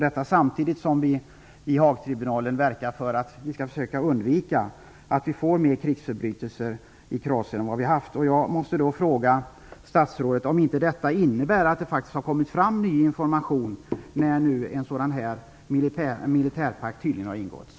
Detta samtidigt som vi i Haagtribunalen verkar för att undvika att vi får fler krigsförbrytelser i Kroatien än vad vi haft. Jag måste fråga statsrådet om inte detta att vi nu får veta att en ny militärpakt tydligen har ingåtts innebär att det faktiskt har kommit fram ny information.